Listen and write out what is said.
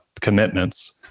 commitments